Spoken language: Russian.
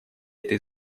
этой